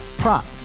prop